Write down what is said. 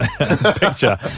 picture